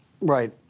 Right